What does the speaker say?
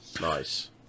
Nice